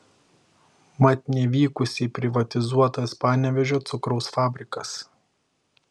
mat nevykusiai privatizuotas panevėžio cukraus fabrikas